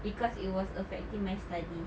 because it was affecting my studies